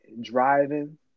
driving